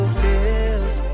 feels